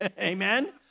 Amen